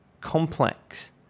complex